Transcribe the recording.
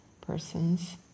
persons